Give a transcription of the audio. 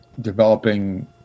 developing